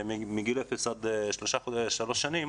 מגיל אפס עד שלוש שנים,